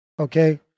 Okay